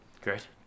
great